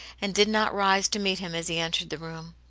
and did not rise to meet him as he entered the room.